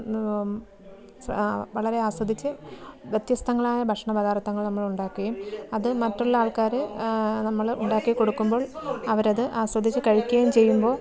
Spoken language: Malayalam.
വളരെ ആസ്വദിച്ച് വ്യത്യസ്തങ്ങളായ ഭക്ഷണ പദാർഥങ്ങൾ നമ്മളുണ്ടാക്കുകയും അത് മറ്റുള്ള ആൾക്കാർ നമ്മൾ ഉണ്ടാക്കി കൊടുക്കുമ്പോൾ അവരത് ആസ്വദിച്ച് കഴിക്കുകയും ചെയ്യുമ്പോൾ